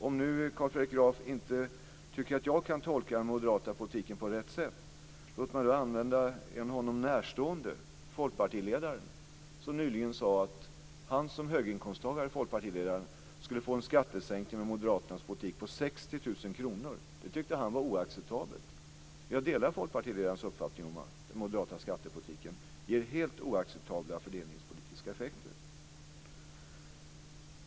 Om nu Carl Fredrik Graf inte tycker att jag kan tolka den moderata politiken på rätt sätt, låt mig då använda ett uttalande av en honom närstående folkpartiledare, som nyligen sade att han som höginkomsttagare med moderaternas politik skulle få en skattesänkning på 60 000 kr. Det tyckte han var oacceptabelt. Jag delar folkpartiledarens uppfattning, att den moderata skattepolitiken ger helt oacceptabla fördelningspolitiska effekter.